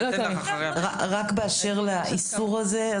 באשר לאיסור הזה,